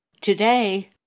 Today